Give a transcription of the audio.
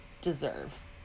deserve